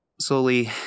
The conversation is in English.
slowly